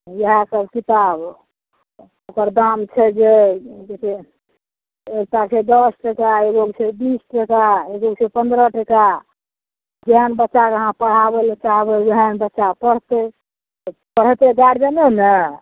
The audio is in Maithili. इहए सभ किताब ओकर दाम छै जे कि छै एकटा छै दश टका एगोक छै बीस टका एगोक छै पन्द्रह टका जेहन बच्चा कऽ अहाँ पढ़ाबै लऽ चाहबै ओहन बच्चा पढ़तै तऽ पढ़ेतै गारजने ने